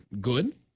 good